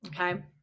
Okay